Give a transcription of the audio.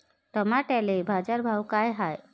टमाट्याले बाजारभाव काय हाय?